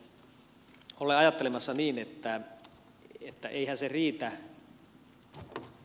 nimittäin olen ajattelemassa niin että eihän se riitä